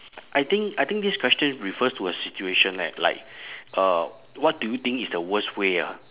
I think I think this question refers to a situation like like uh what do you think is the worst way ah